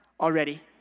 already